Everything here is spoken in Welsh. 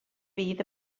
fydd